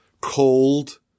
Cold